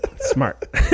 Smart